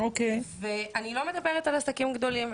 אני לא מדברת על עסקים גדולים,